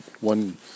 one